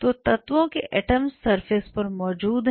तो तत्वों के एटम्स सरफेस पर मौजूद हैं